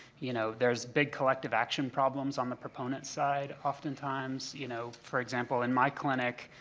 you know, there's big collective action problems on the proponent side oftentimes. you know, for example, in my clinic,